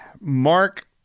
mark